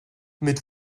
mit